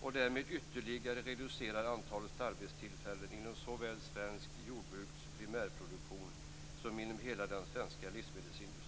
och därmed ytterligare reducerat antalet arbetstillfällen inom såväl det svenska jordbrukets primärproduktion som inom hela den svenska livsmedelsindustrin.